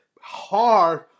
hard